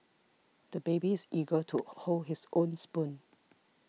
the baby is eager to hold his own spoon